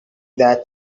that